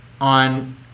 on